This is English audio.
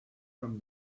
from